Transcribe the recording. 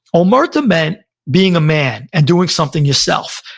omerta meant being a man and doing something yourself.